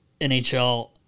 NHL